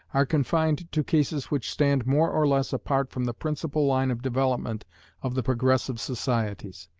are confined to cases which stand more or less apart from the principal line of development of the progressive societies.